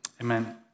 Amen